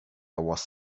was